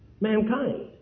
mankind